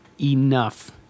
enough